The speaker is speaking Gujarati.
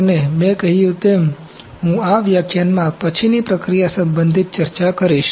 અને મેં કહ્યું તેમ હું આ વ્યાખ્યાનમાં પછીની પ્રક્રિયા સંબંધિત ચર્ચા કરીશ